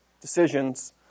decisions